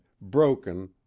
broken